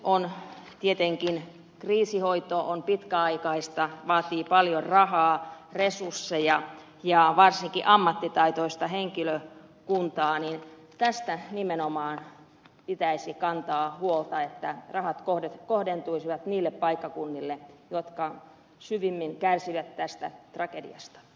kun nyt tietenkin kriisihoito on pitkäaikaista vaatii paljon rahaa resursseja ja varsinkin ammattitaitoista henkilökuntaa niin tästä nimenomaan pitäisi kantaa huolta että rahat kohdentuisivat niille paikkakunnille jotka syvimmin kärsivät tästä tragediastat